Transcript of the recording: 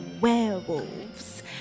werewolves